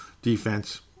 defense